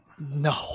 No